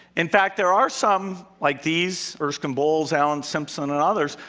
in fact, there are some like these erskine bowles, alan simpson and others,